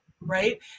Right